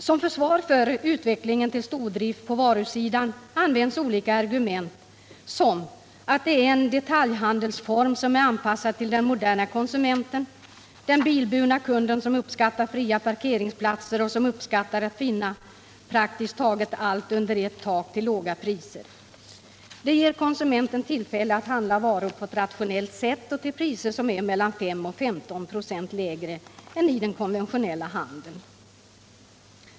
Som försvar för utvecklingen till stordrift på varusidan används olika argument: Det är en detaljhandelsform som är anpassad till den moderna konsumenten, den bilburna kunden som uppskattar fria parkeringsplatser och som uppskattar att finna praktiskt taget allt under ett tak till låga priser. Det ger konsumenten tillfälle att handla varor på ett rationellt sätt och till priser som är mellan 5 och 15 96 lägre än i den konventionella handeln.